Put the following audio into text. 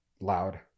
loud